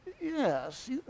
Yes